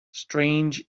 strange